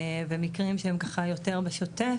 ומקרים שהם ככה יותר בשותף,